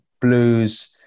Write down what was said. blues